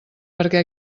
perquè